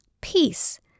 Peace